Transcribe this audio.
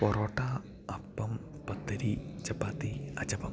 parotta appam pathiri chapati അച്ചപ്പം